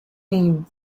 name